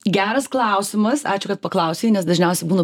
geras klausimas ačiū kad paklausei nes dažniausiai būna